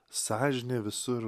sąžinė visur